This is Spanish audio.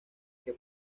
que